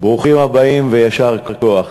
ברוכים הבאים ויישר כוח.